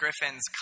Griffin's